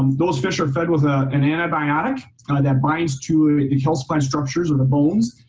um those fish are fed with an antibiotic kind of that binds to the calcified structures or the bones.